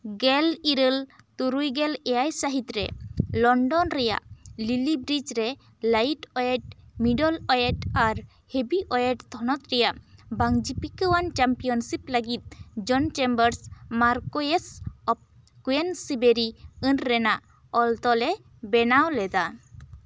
ᱜᱮᱞ ᱤᱨᱟᱹᱞ ᱛᱩᱨᱩᱭ ᱜᱮᱞ ᱮᱭᱟᱭ ᱥᱟᱹᱦᱤᱛ ᱨᱮ ᱞᱚᱱᱰᱚᱱ ᱨᱮᱭᱟᱜ ᱞᱤᱞᱤ ᱵᱨᱤᱡᱽ ᱨᱮ ᱞᱟᱭᱤᱴ ᱚᱭᱮᱴ ᱢᱤᱰᱚᱞ ᱚᱭᱮᱴ ᱟᱨ ᱦᱮᱵᱷᱤ ᱚᱭᱮᱴ ᱛᱷᱚᱱᱚᱛ ᱨᱮᱭᱟᱜ ᱵᱟᱝ ᱡᱤᱯᱠᱟᱹᱣᱟᱱ ᱪᱟᱢᱯᱤᱭᱚᱱᱥᱤᱯ ᱞᱟᱹᱜᱤᱫ John Chambers Marquess of Queensberry ᱟᱹᱱ ᱨᱮᱱᱟᱜ ᱚᱞ ᱛᱚᱞᱮ ᱵᱮᱱᱟᱣ ᱞᱮᱫᱟ